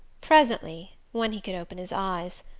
presently when he could open his eyes.